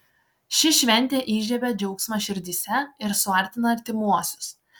ši šventė įžiebia džiaugsmą širdyse ir suartina artimuosius